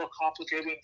complicated